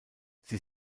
sie